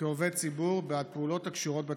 כעובד ציבור בעד פעולות הקשורות בתפקידך,